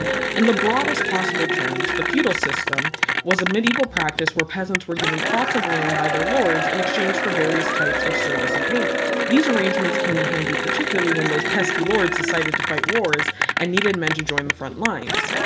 in the broadest possible terms, the feudal system was a medieval practice where peasants were given plots of lands by their lords in exchange for various types of service and payment. these arrangements came in handy particularly when those pesky lords decided to fight wars and needed men to join the front lines.